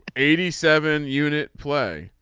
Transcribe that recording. eighty seven unit play.